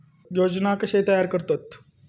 योजना कशे तयार करतात?